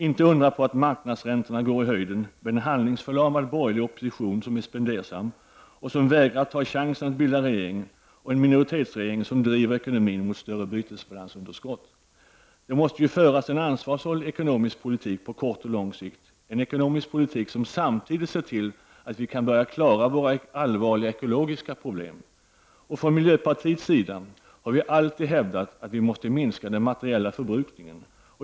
Inte undra på att marknadsräntorna går i höjden med en handlingsförlamad borgerlig och spendersam opposition, som vägrar att ta chansen att bilda regering, dvs. en minoritetsregering, och som driver ekonomin mot större bytesbalansunderskott. Det måste föras en ansvarsfull ekonomisk politik på kort och lång sikt — en ekonomisk politik som samtidigt ser till att vi kan börja klara ut våra allvarliga ekologiska problem. Från miljöpartiets sida har vi alltid hävdat att vi måste minska den materiella förbrukningen.